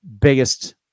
biggest